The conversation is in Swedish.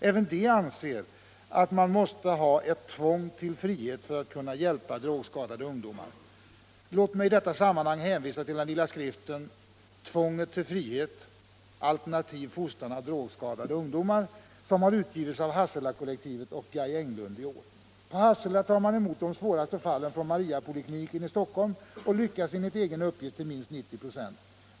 Även de anser att man måste ha ett ”tvång till frihet” för att kunna hjälpa drogskadade ungdomar. Låt mig i detta sammanhang hänvisa till den lilla skriften ”Tvånget till frihet: alternativ fostran av drogskadade ungdomar”, som har utgivits av Hasselakollektivet och Guy Englund i år. På Hassela tar man emot de svåraste fallen från Mariapolikliniken i Stockholm och lyckas enligt egen uppgift till minst 90 96.